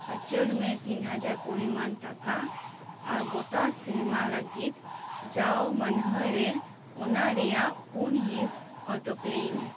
ᱩᱪᱟᱹᱲ ᱢᱮ ᱛᱤᱱ ᱦᱟᱡᱟᱨ ᱯᱚᱨᱤᱢᱟᱱ ᱴᱟᱠᱟ ᱟᱨ ᱜᱚᱴᱟ ᱥᱮᱨᱢᱟ ᱞᱟᱜᱤᱫ ᱡᱟᱣ ᱢᱟᱹᱱᱦᱟᱹ ᱨᱮ ᱚᱱᱟ ᱨᱮᱭᱟᱜ ᱯᱩᱱ ᱦᱤᱥ ᱚᱴᱳᱯᱮᱞᱮᱭ ᱢᱮ